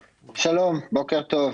שלום, בוקר טוב.